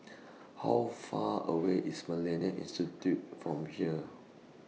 How Far away IS Millennia Institute from here